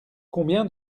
combien